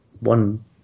one